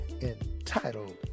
entitled